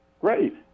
great